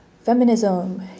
feminism